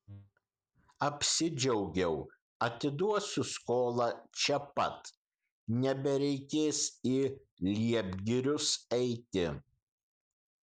apsidžiaugiau atiduosiu skolą čia pat nebereikės į liepgirius eiti